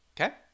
okay